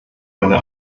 meine